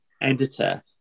editor